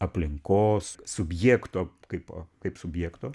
aplinkos subjekto kaipo kaip subjekto